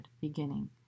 beginning